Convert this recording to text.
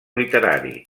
literari